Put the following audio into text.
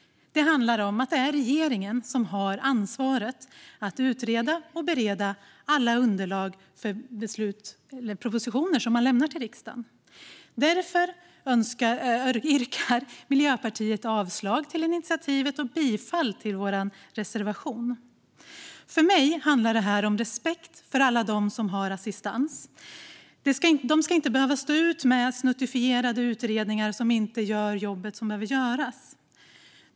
Det handlar om att det är regeringen som har ansvaret att utreda och bereda alla underlag för propositioner som man lämnar till riksdagen. Därför yrkar vi från Miljöpartiet avslag på initiativet och bifall till vår reservation. För mig handlar detta om respekt för alla som har assistans. De ska inte behöva stå ut med snuttifierade utredningar som inte gör det jobb som behöver göras.